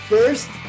First